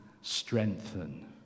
strengthen